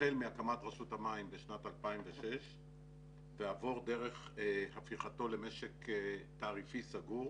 החל מהקמת רשות המים בשנת 2006 ועבור דרך הפיכתו למשק תעריפי סגור